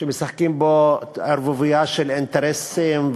שמשחקים בו ערבוביה של אינטרסים,